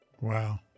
wow